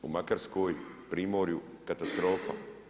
U Makarskoj, Primorju katastrofa.